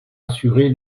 assurer